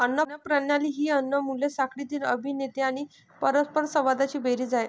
अन्न प्रणाली ही अन्न मूल्य साखळीतील अभिनेते आणि परस्परसंवादांची बेरीज आहे